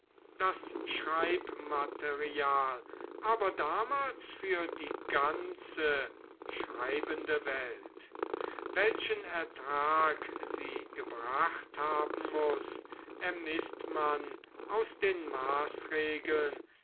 das schreibmaterial aber damals für die ganze schreibende welt welchen ertrag sie gebracht haben muß ermißt man aus den maßregeln